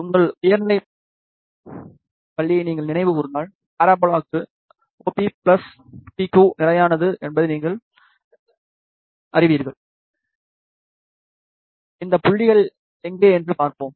உங்கள் உயர்நிலைப் பள்ளியை நீங்கள் நினைவு கூர்ந்தால் பாரபோலாவுக்கு OP PQ நிலையானது என்பதை நாங்கள் அறிவோம் இந்த புள்ளிகள் எங்கே என்று பார்ப்போம்